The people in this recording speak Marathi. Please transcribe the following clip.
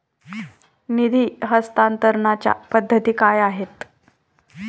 निधी हस्तांतरणाच्या पद्धती काय आहेत?